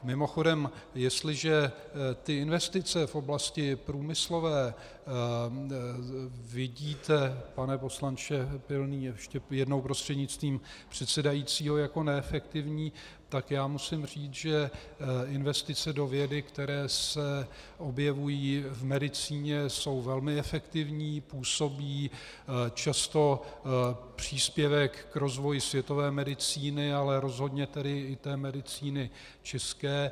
Mimochodem, jestliže ty investice v oblasti průmyslové vidíte, pane poslanče Pilný ještě jednou prostřednictvím předsedajícího, jako neefektivní, tak já musím říci, že investice do vědy, které se objevují v medicíně, jsou velmi efektivní, působí často příspěvek k rozvoji světové medicíny, ale rozhodně tedy i té medicíny české.